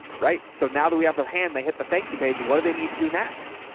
right? so now that we have their hand, they hit the thank you page. what do they need to do next?